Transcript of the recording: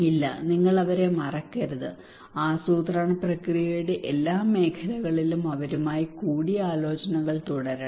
ഇല്ല നിങ്ങൾ അവരെ മറക്കരുത് ആസൂത്രണ പ്രക്രിയയുടെ എല്ലാ മേഖലകളിലും അവരുമായി കൂടിയാലോചനകൾ തുടരണം